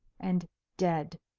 and dead.